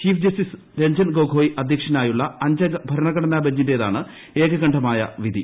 chief justice Ranjan Gogoi അധ്യക്ഷനായുള്ള അഞ്ചംഗ ഭരണഘടനാ ബെഞ്ചിന്റേതാണ് ഏകകണ്ഠമായ വിധി